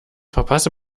verpasse